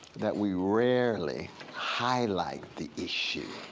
that we rarely highlight the issue.